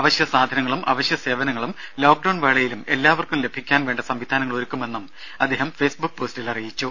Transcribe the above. അവശ്യസാധനങ്ങളും അവശ്യസേവനങ്ങളും ലോക്ഡൌൺ വേളയിലും എല്ലാവർക്കും ലഭിക്കാൻ വേണ്ട സംവിധാനങ്ങൾ ഒരുക്കുമെന്ന് അദ്ദേഹം ഫെയ്സ്ബുക്ക് പോസ്റ്റിൽ അറിയിച്ചു